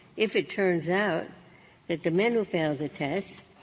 if it turns out that the men who failed the test